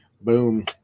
Boom